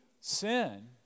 sin